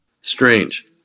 Strange